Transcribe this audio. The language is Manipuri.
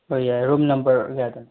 ꯍꯣꯏ ꯌꯥꯏ ꯔꯨꯝ ꯅꯝꯕꯔ ꯀꯌꯥꯗꯅꯣ